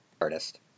artist